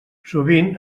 sovint